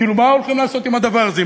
כאילו, מה הולכים לעשות עם הדבר הזה?